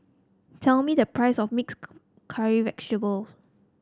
tell me the price of mixed cu curry vegetable